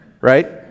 Right